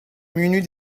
munut